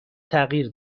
تغییر